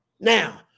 Now